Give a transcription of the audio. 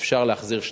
אפשר להחזיר שטחים,